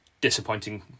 disappointing